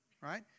right